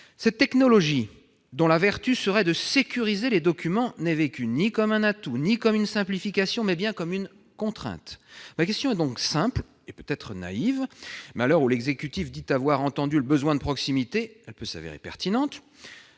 Cette technologie, dont la vertu serait de sécuriser les documents, est vécue, non pas comme un atout ou une simplification, mais bien comme une contrainte. Ma question est donc simple et, peut-être, naïve, mais, à l'heure où l'exécutif dit avoir entendu le besoin de proximité, elle peut s'avérer pertinente